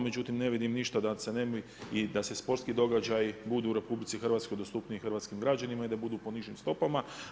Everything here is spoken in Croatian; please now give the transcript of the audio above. Međutim, ne vidim ništa da se ne bi i da sportski događaji budu u RH dostupniji hrvatskim građanima i da budu po nižim stopama.